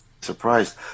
surprised